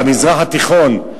במזרח התיכון,